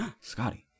Scotty